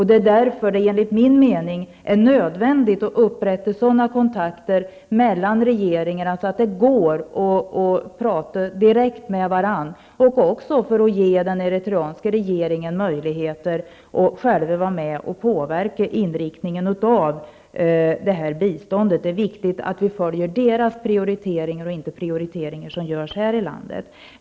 Därför är det enligt min mening nödvändigt att upprätta sådana kontakter mellan regeringar att det går att prata direkt med varandra och också ge den eritreanska regeringen möjligheter att vara med och påverka inriktningen av detta bistånd. Det är viktigt att vi följer deras prioriteringar och inte prioriteringar som görs här i landet.